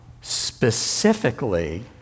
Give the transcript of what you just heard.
specifically